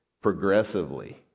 progressively